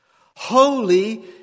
holy